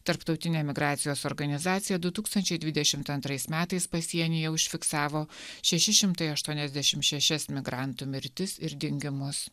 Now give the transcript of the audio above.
tarptautinė migracijos organizacija du tūkstančiai dvidešimt antrais metais pasienyje užfiksavo šeši šimtai aštuoniasdešim šešias migrantų mirtis ir dingimus